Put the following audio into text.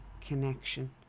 connection